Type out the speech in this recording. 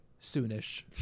soonish